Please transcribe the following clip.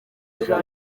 biba